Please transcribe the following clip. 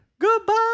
Goodbye